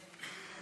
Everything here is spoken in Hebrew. גברתי היושבת-ראש,